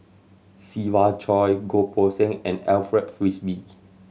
Siva Choy Goh Poh Seng and Alfred Frisby